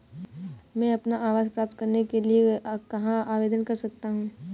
मैं अपना आवास प्राप्त करने के लिए कहाँ आवेदन कर सकता हूँ?